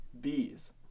bees